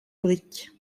brick